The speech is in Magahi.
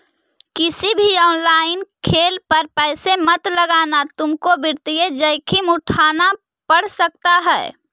किसी भी ऑनलाइन खेल पर पैसे मत लगाना तुमको वित्तीय जोखिम उठान पड़ सकता है